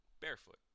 barefoot